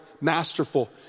masterful